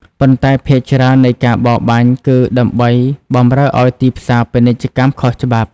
ប៉ុន្តែ ភាគច្រើននៃការបរបាញ់គឺដើម្បីបម្រើឱ្យទីផ្សារពាណិជ្ជកម្មខុសច្បាប់។